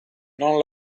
non